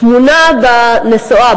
טמונות בנסועה,